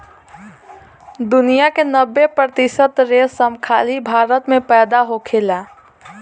दुनिया के नब्बे प्रतिशत रेशम खाली भारत में पैदा होखेला